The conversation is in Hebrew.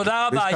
תודה רבה.